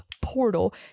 portal